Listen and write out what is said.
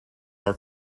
are